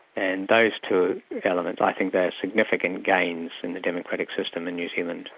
and those two elements i think they are significant gains in the democratic system in new zealand